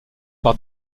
par